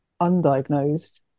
undiagnosed